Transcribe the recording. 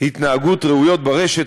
התנהגות ראויות ברשת,